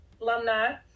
alumni